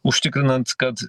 užtikrinant kad